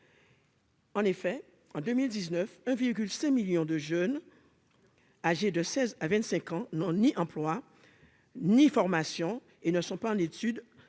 En effet, en 2019 un véhicule ces millions de jeunes âgés de 16 à 25 ans n'ont ni emploi ni formation et ne sont pas en sud